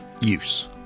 use